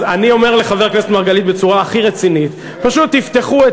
אז אני אומר לחבר הכנסת מרגלית בצורה הכי רצינית: פשוט תפתחו,